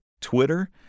Twitter